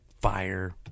fire